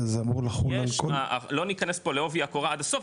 זה אמור לחול על כל --- לא נכנס פה לעובי הקורה עד הסוף,